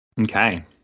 Okay